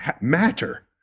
matter